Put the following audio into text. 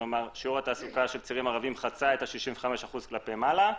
כלומר שיעור התעסוקה של צעירים ערבים חצה את ה-65% כלפי מעלה,